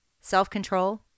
self-control